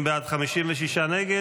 50 בעד, 56 נגד.